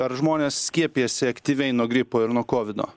ar žmonės skiepijasi aktyviai nuo gripo ir nuo kovido